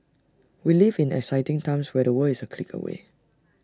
we live in exciting times where the world is A click away